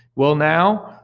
well now,